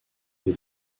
les